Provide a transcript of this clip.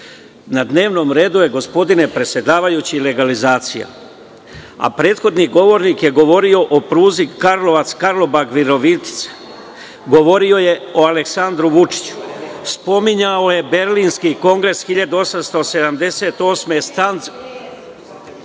dnevnom redu je, gospodine predsedavajući, legalizacija, a prethodni govornik je govorio o pruzi Karlovac-Karlobag-Virovitica. Govorio je o Aleksandru Vučiću. Spominjao je Berlinskih kongres 1878.